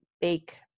bake